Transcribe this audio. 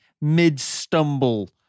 mid-stumble